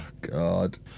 God